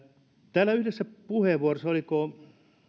täällä yhdessä puheenvuorossa oliko